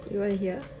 you wanna hear